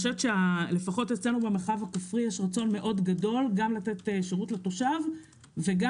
לפחות אצלנו במרחב הכפרי יש רצון מאוד גדול גם לתת שירות לתושב וגם